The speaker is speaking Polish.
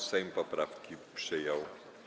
Sejm poprawki przyjął.